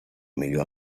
millor